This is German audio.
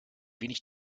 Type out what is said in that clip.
wenig